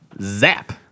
Zap